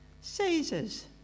Caesar's